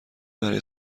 برای